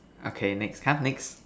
okay next come next